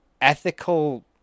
Ethical